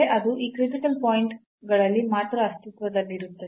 ಅದು ಈ critical point ಗಳಲ್ಲಿ ಮಾತ್ರ ಅಸ್ತಿತ್ವದಲ್ಲಿರುತ್ತದೆ